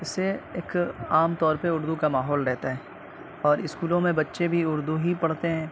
اس سے ایک عام طور پہ اردو کا ماحول رہتا ہے اور اسکولوں میں بچے ہی اردو پڑھتے ہیں